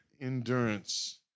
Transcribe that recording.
endurance